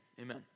Amen